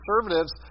conservatives